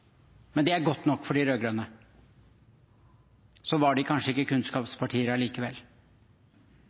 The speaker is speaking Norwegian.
Men det er godt nok for de rød-grønne. Så var de kanskje ikke kunnskapspartier allikevel.